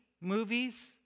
movies